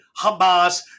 Hamas